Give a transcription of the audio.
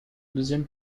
deuxième